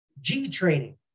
G-training